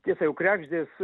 tiesa jau kregždės